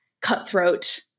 cutthroat